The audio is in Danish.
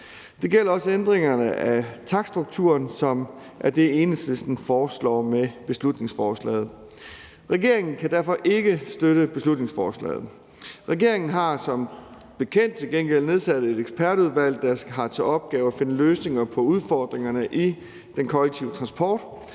Det gælder også ændringerne af takststrukturen, som er det, Enhedslisten foreslår med beslutningsforslaget. Regeringen kan derfor ikke støtte beslutningsforslaget. Regeringen har som bekendt til gengæld nedsat et ekspertudvalg, der har til opgave at finde løsninger på udfordringerne i den kollektive transport.